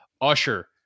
usher